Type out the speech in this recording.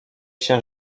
się